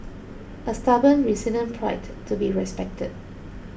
a stubborn resilient pride to be respected